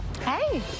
Hey